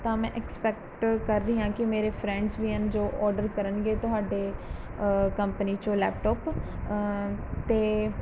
ਤਾਂ ਮੈਂ ਐਕਸਪੈਕਟ ਕਰ ਰਹੀ ਹਾਂ ਕਿ ਮੇਰੇ ਫਰੈਂਡਸ ਵੀ ਹਨ ਜੋ ਔਡਰ ਕਰਨਗੇ ਤੁਹਾਡੇ ਕੰਪਨੀ 'ਚੋਂ ਲੈਪਟੋਪ ਅਤੇ